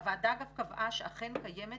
הוועדה קבעה שאכן קיימת